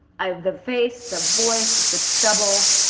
ah the face, the voice, the stubble.